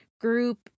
group